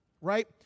right